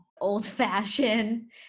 old-fashioned